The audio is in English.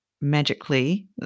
magically